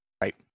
right